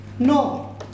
No